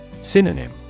Synonym